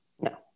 No